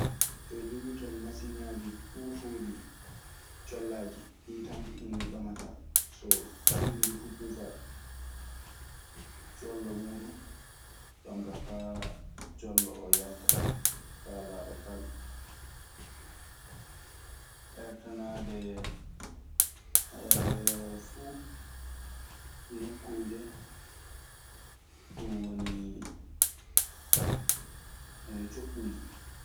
Eɓe joggi ton masinŋaaji puffooji collaaji. ɗii tan ɓamataa so suudu ndu fuu puufaa ɗum colla muuɗun. jonkaa faa colla oo yalta faa laaɓa tal. Hertanaadee fu nokkuuje, ɗun wonii, coɓɓuli.